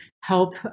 help